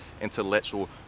intellectual